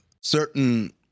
Certain